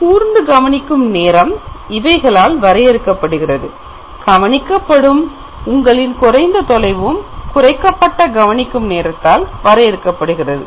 கூர்ந்து கவனிக்கும் நேரம் இவைகளால் வரையறுக்கப்படுகிறது கவனிக்கப்படும் உங்களின் குறைந்த தொலைவும் குறைக்கப்பட்ட கவனிக்கும் நேரத்தால் வரையறுக்கப்படுகிறது